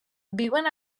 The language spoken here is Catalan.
viuen